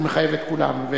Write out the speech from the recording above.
ומחייב את כולם.